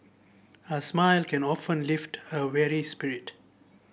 a smile can often lift a weary spirit